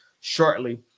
shortly